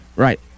right